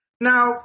Now